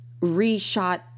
reshot